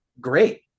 great